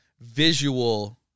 visual